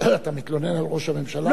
אתה מתלונן על ראש הממשלה,